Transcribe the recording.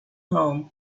home